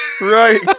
right